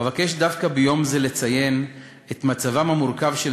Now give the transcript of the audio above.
אבקש דווקא ביום זה לציין את מצבם המורכב של